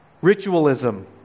ritualism